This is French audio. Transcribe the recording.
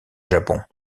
japon